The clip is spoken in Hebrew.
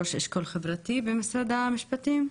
ראש אשכול חברתי במשרד המשפטים?